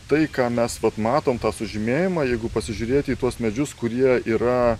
tai ką mes matom tą sužymėjimą jeigu pasižiūrėti į tuos medžius kurie yra